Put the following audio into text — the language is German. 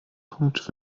punkt